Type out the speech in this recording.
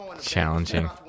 Challenging